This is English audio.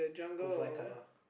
go fly kite lah